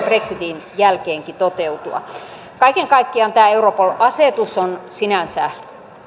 brexitin jälkeenkin toteutua kaiken kaikkiaan tämä europol asetus on sinänsä